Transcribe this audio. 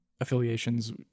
affiliations